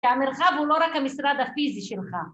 כי המרחב הוא לא רק המשרד הפיזי שלך